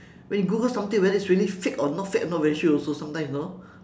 when you google something whether it's really fake or not fake I not very sure also sometimes you know